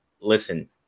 listen